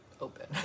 open